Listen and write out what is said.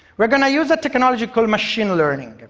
we're going to use a technology called machine learning.